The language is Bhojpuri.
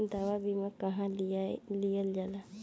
दवा बीमा काहे लियल जाला?